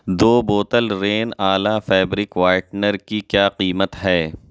دو بوتل Rin Ala fabric whitener کی کیا قیمت ہے